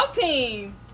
team